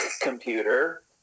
computer